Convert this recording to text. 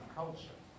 culture